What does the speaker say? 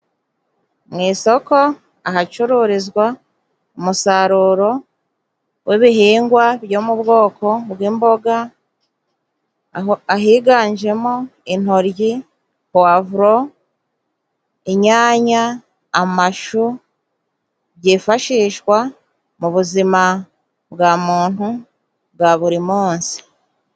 Mu isoko ahacururizwa umusaruro w'ibihingwa byo mu bwoko bw'imboga aho ahiganjemo intoryi, puwavuro, inyanya, amashu, byifashishwa mu buzima bwa muntu bwa buri munsi.